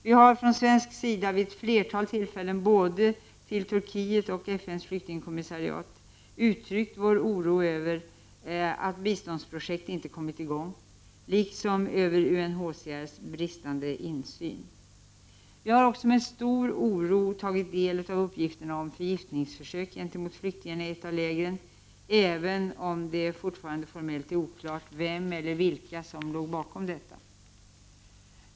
Vi har från svensk sida vid ett flertal tillfällen till både Turkiet och FN:s flyktingkommissarie uttryckt vår oro över att biståndsprojekt inte kommit i gång liksom över UNHCR:s bristande insyn. Vi har också med stor oro tagit del av uppgifterna om förgiftningsförsök gentemot flyktingarna i ett av lägen — låt vara att det fortfarande formellt är oklart vem eller vilka som låg bakom detta.